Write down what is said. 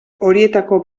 horietako